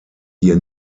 hier